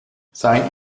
sein